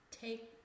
take